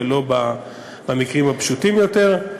ולא במקרים הפשוטים יותר.